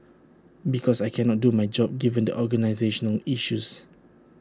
because I cannot do my job given the organisational issues